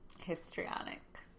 histrionic